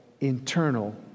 internal